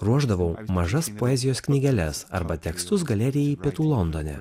ruošdavau mažas poezijos knygeles arba tekstus galerijai pietų londone